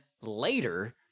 later